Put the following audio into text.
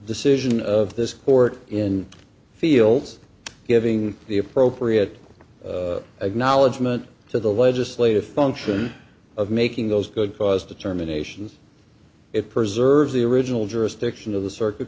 decision of this court in fields giving the appropriate acknowledgement to the legislative function of making those good cause determinations it preserves the original jurisdiction of the circuit